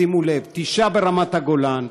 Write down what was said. שימו לב: תשעה ברמת הגולן,